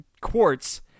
quartz